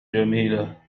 جميلة